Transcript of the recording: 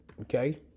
Okay